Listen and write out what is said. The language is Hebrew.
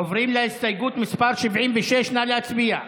עוברים להסתייגות מס' 76. נא להצביע.